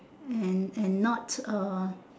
and and not uh